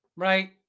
Right